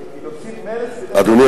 אדוני